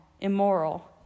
immoral